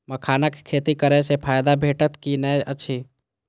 मखानक खेती करे स फायदा भेटत की नै अछि?